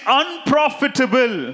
unprofitable